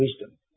wisdom